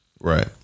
Right